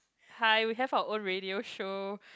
hi we have our own radio show